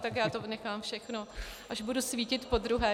Tak já to nechám všechno, až budu svítit podruhé.